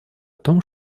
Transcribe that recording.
том